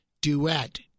duet